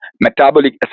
metabolic